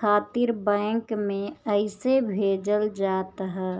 खातिर बैंक में अइसे भेजल जात ह